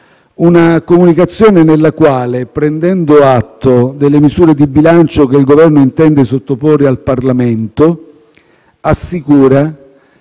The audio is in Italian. una comunicazione nella quale, prendendo atto delle misure di bilancio che il Governo intende sottoporre al Parlamento, assicura